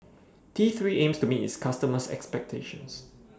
T three aims to meet its customers' expectations